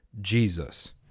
Jesus